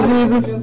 Jesus